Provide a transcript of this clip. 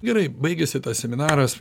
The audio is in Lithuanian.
gerai baigėsi tas seminaras